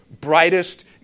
brightest